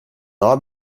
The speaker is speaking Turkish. daha